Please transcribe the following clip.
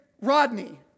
Rodney